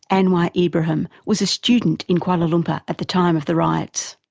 anwar ibrahim was a student in kuala lumpur at the time of the riots.